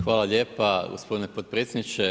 Hvala lijepa gospodine potpredsjedniče.